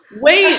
wait